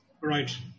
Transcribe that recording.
right